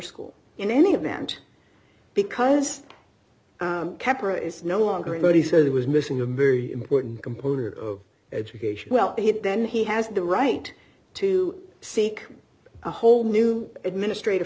school in any event because keppra is no longer a body says he was missing a very important component of education well then he has the right to seek a whole new administrative